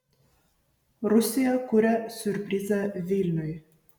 rusija kuria siurprizą vilniui